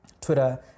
Twitter